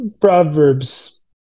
Proverbs